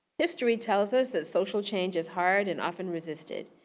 history tells us that social change is hard, and often resisted.